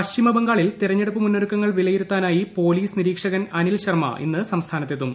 പശ്ചിമബംഗാളിൽ തെരഞ്ഞെടുപ്പ് മുന്നൊ രുക്കങ്ങൾ വിലയിരുത്താനായി പോലീസ് നിരീക്ഷകൻ അനിൽ ശർമ ഇന്ന് സംസ്ഥാനത്തെത്തും